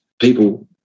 people